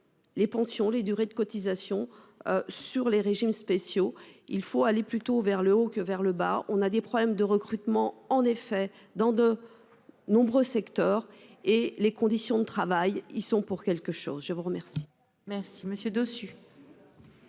Les pensions, les durées de cotisations. Sur les régimes spéciaux, il faut aller plutôt vers le haut que vers le bas, on a des problèmes de recrutement. En effet, dans de nombreux secteurs et les conditions de travail y sont pour quelque chose, je vous remercie. Merci monsieur dessus.